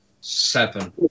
seven